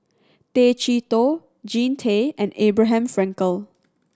Tay Chee Toh Jean Tay and Abraham Frankel